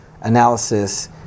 analysis